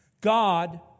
God